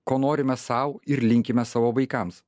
ko norime sau ir linkime savo vaikams